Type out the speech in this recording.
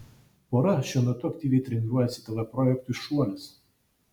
pora šiuo metu aktyviai treniruojasi tv projektui šuolis